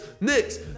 knicks